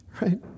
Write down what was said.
Right